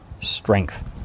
strength